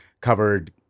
covered